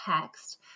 text